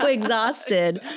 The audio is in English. exhausted